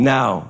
Now